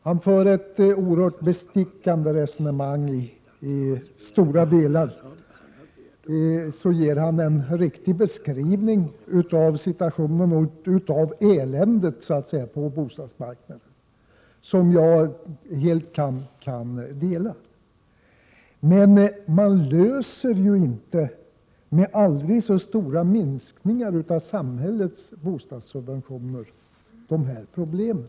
Han för ett bestickande resonemang och ger i stora delar en riktig beskrivning av situationen och av eländet på bostadsmarknaden, ett resonemang som jag helt kan ansluta mig till. Man löser emellertid inte, med aldrig så stora minskningar av samhällets bostadssubventioner, de här problemen.